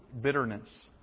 bitterness